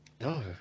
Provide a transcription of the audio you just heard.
No